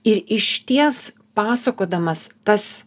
ir išties pasakodamas tas